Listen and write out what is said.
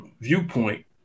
viewpoint